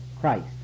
Christ